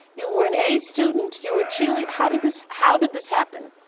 you were an a student. you were a cheerleader. how did this how did this happen?